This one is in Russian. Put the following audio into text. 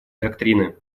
доктрины